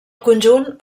conjunt